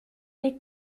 les